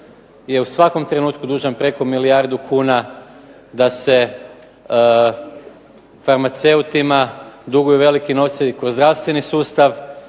je u svakom trenutku dužan preko milijardu kuna, da se farmaceutima duguju veliki novci kroz zdravstveni sustav